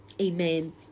Amen